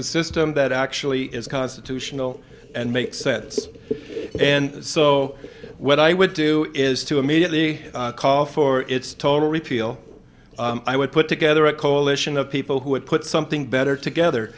a system that actually is constitutional and makes sense and so what i would do is to immediately call for its total repeal i would put together a coalition of people who would put something better together